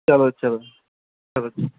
چلو چلو چلو